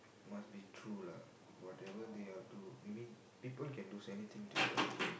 must be true lah whatever they are do maybe people can lose anything to you lah